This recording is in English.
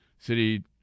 City